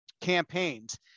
campaigns